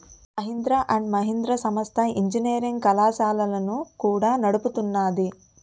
Mahindra and Mahindra సంస్థ engineering కళాశాలలను కూడా నడుపుతున్నాది